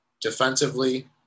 Defensively